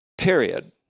period